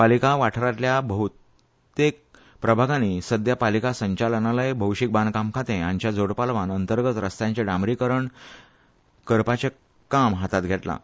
पालिका वाठारांतल्या चडशा प्रभागांनी सध्या पालिका संचालनालय भौशीक बांदकाम खातें हांच्या जोड पालवान भितरल्या रस्त्यांचें डांबरीकरण करपाचें काम हातांत घेतलां